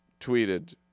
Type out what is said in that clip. tweeted